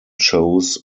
chose